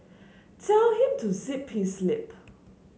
tell him to zip his lip